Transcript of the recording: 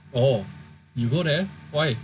oh you go there why